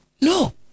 No